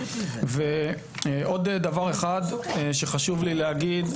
ועוד דבר אחד שחשוב לי להגיד.